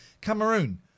Cameroon